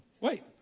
Wait